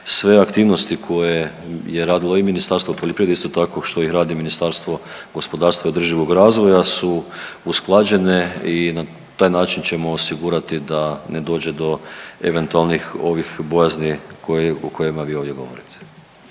Sve aktivnosti koje je radilo i Ministarstvo poljoprivrede, isto tako što ih radi Ministarstvo gospodarstva i održivoga razvoja su usklađene i na taj način ćemo osigurati da ne dođe do eventualnih ovih bojazni o kojima vi ovdje govorite.